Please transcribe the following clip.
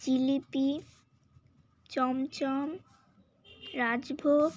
জিলিপি চমচম রাজভোগ